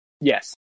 Yes